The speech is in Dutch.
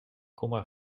komma